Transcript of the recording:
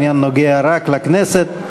העניין נוגע רק לכנסת.